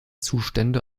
zustände